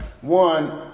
One